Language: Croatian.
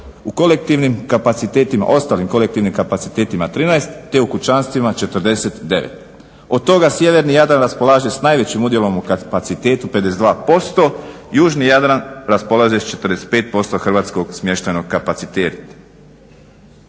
kolektivnim kapacitetima 13, te u kućanstvima 49. Od toga sjeverni Jadran raspolaže s najvećim udjelom u kapacitetu 52%, južni Jadran raspolaže s 45% hrvatskog smještajnog kapaciteta.